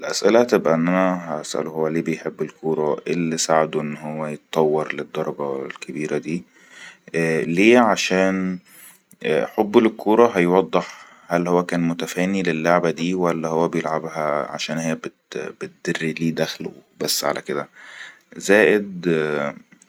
ألاسئله هتئا اني هسأله هو ليه ب يحب الكورة واي ال ساعدو في التطور للدرجة الكبيرة لي عشان حبه للكورة هيوضح هل هو كان متفاني للعبة دي ولا عشان بتدر لي دخل وكدا زائد